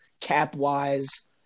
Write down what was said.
cap-wise